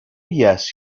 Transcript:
yes